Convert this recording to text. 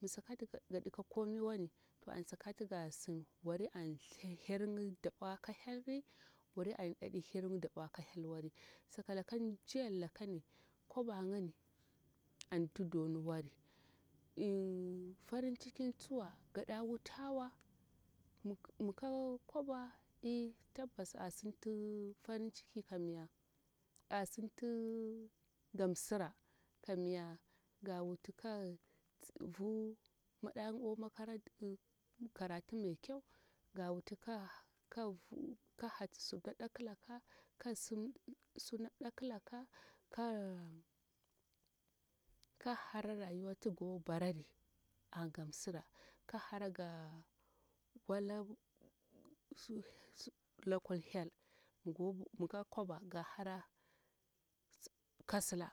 mi sakati gaɗikakomi wani to ansakatigasin wari anhiryin dabwo kahel ni wari anhiryin dabwo kahelniwari sakalaka mjiyar lakani kwabayini antu donuwar eh farincikin tsuwa gaɗa wutawa mi gika kwaba eh tabbas asinti farin ciki kamya asinti gamsira kamya gawutu kagvu maɗayin o makaranti kada karati mekya gawutu kaghatusu na ɗaklaka kagsim su na ɗaklaka kag hara rayuwa natu gobarari angamsira kaghara ga wala su, su lakur hel migo kwaba ga hara kasila